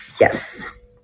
Yes